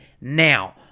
now